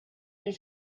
minn